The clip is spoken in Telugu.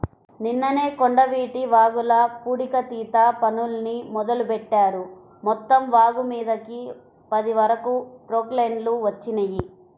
నిన్ననే కొండవీటి వాగుల పూడికతీత పనుల్ని మొదలుబెట్టారు, మొత్తం వాగుమీదకి పది వరకు ప్రొక్లైన్లు వచ్చినియ్యి